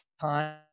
time